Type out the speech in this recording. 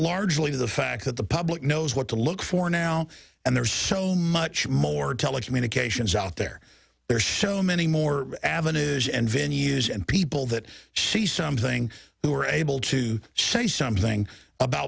largely to the fact that the public knows what to look for now and there's so much more telecommunications out there there show many more avenues and vineyards and people that see something who are able to say something about